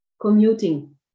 commuting